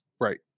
Right